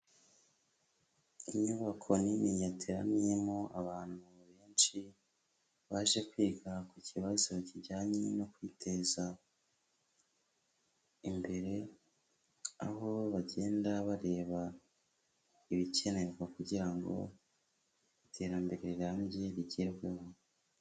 Inyubako nini yateraniyemo abantu benshi, baje kwiga ku kibazo kijyanye no kwiteza imbere, aho bagenda bareba ibikenerwa kugira ngo iterambere rirambye rigerweho.